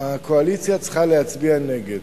הקואליציה צריכה להצביע נגד.